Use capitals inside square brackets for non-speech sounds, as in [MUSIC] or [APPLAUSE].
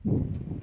[BREATH]